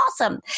awesome